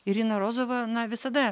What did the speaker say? irina rozova na visada